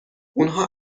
اونها